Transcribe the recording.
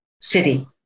city